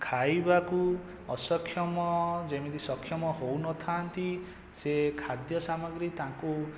ଖାଇବାକୁ ଅସକ୍ଷମ ଯେମିତି ସକ୍ଷମ ହୋଉନଥାନ୍ତି ସେ ଖାଦ୍ୟ ସାମଗ୍ରୀ ତାଙ୍କୁ